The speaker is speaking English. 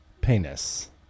Penis